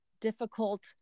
difficult